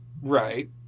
Right